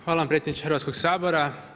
Hvala vam predsjedniče Hrvatskog sabora.